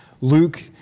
Luke